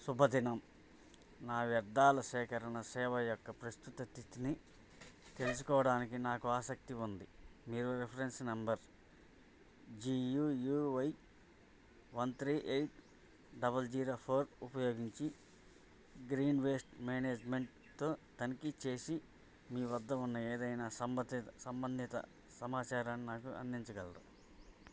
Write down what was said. శుభదినం నా వ్యర్థాల సేకరణ సేవ యొక్క ప్రస్తుత స్థితిని తెలుసుకోవడానికి నాకు ఆసక్తి ఉంది మీరు reference number G U U Y one three eight double zero four ఉపయోగించి గ్రీన్ వేస్ట్ మేనేజ్మెంట్తో తనిఖీ చేసి మీ వద్ద ఉన్న ఏదైనా సంబతిత సంబంధిత సమాచారాన్ని నాకు అందించగలరా